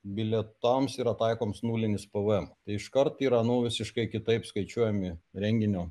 bilietams yra taikoms nulinis pvm tai iškart yra nu visiškai kitaip skaičiuojami renginio